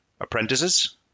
apprentices